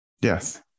yes